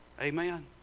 Amen